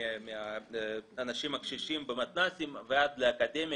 מהאנשים הקשישים במתנ"סים ועד לאקדמיה,